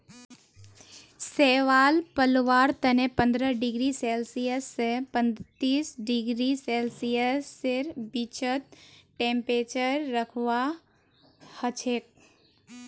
शैवाल पलवार तने पंद्रह डिग्री सेल्सियस स पैंतीस डिग्री सेल्सियसेर बीचत टेंपरेचर रखवा हछेक